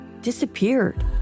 disappeared